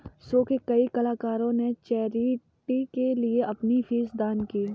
show के कई कलाकारों ने चैरिटी के लिए अपनी फीस दान की